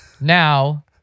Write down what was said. Now